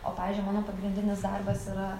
o pavyzdžiui mano pagrindinis darbas yra